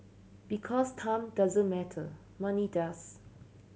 because time doesn't matter money does